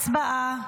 הצבעה.